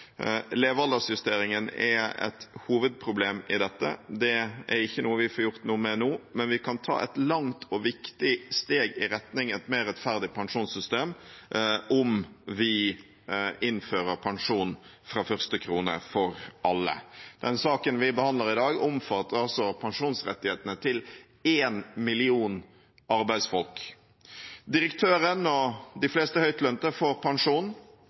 Levealdersjusteringen er et hovedproblem i dette. Det er ikke noe vi får gjort noe med nå, men vi kan ta et langt og viktig steg i retning av et mer rettferdig pensjonssystem, om vi innfører pensjon fra første krone for alle. Den saken vi behandler i dag, omfatter pensjonsrettighetene til én million arbeidsfolk. Direktøren og de fleste